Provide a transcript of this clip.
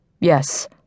Yes